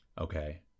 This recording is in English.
Okay